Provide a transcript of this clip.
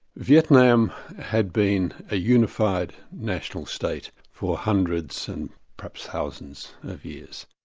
vietnam had been a unified national state for hundreds and perhaps thousands of years.